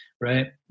right